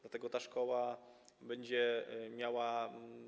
Dlatego ta szkoła będzie miała.